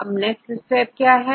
अब next app क्या है